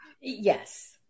Yes